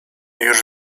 już